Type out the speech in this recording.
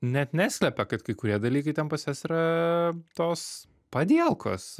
net neslepia kad kai kurie dalykai ten pas jas yra tos padielkos